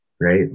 right